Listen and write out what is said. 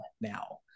now